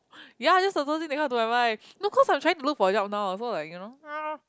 ya that's the first thing that come to my mind no cause I'm trying to look for a job now so like you know ugh